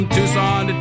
Tucson